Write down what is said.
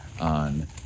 on